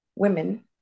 women